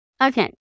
Okay